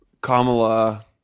Kamala